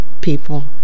people